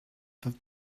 that